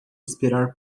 esperar